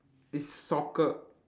it's soccer